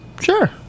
Sure